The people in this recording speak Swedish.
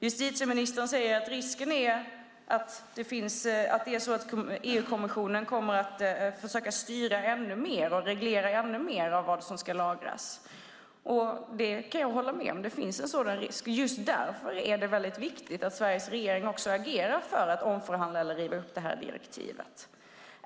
Justitieministern säger att risken är att EU-kommissionen kommer att försöka styra och reglera ännu mer vad som ska lagras, och jag kan hålla med om att det finns en sådan risk. Just därför är det väldigt viktigt att Sveriges regering också agerar för att omförhandla eller riva upp direktivet.